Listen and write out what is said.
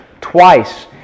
twice